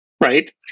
right